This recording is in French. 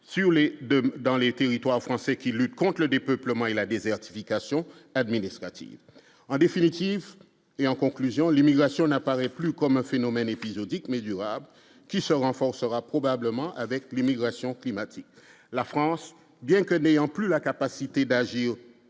dans les territoires français qui lutte conte le dépeuplement et la désertification administrative en définitive et en conclusion, l'immigration n'apparaît plus comme un phénomène épisodique mais durable qui se renforcera probablement avec l'immigration climatiques, la France, bien que n'ayant plus la capacité d'agir